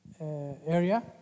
area